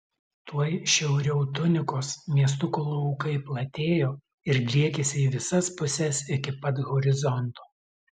tuoj šiauriau tunikos miestuko laukai platėjo ir driekėsi į visas puses iki pat horizonto